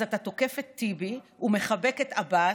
אז אתה תוקף את טיבי ומחבק את עבאס,